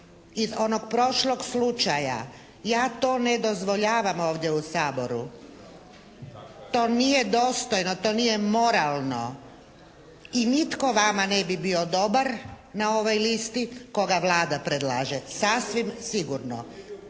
iz onog prošlog slučaja. Ja to ne dozvoljavam ovdje u Saboru. To nije dostojno, to nije moralno. I nitko vama ne bi bio dobar na ovoj listi koga Vlada predlaže, sasvim sigurno.